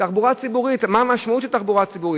תחבורה ציבורית, מה המשמעות של תחבורה ציבורית?